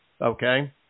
Okay